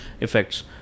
effects